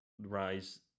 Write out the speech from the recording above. rise